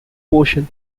portion